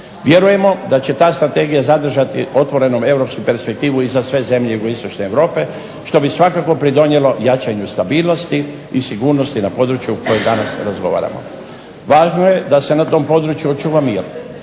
Vjerujemo da će ta strategija zadržati otvorenom europsku perspektivu i za sve zemlje jugoistočne Europe što bi svakako pridonijelo jačanju stabilnosti i sigurnosti na području o kojem danas razgovaramo. Važno je da se na tom području očuva mir,